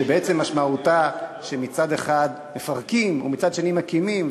שבעצם משמעותה היא שמצד אחד מפרקים ומצד שני מקימים,